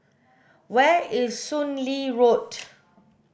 where is Soon Lee Road